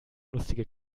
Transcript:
lustige